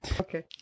Okay